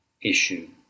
issue